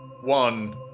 one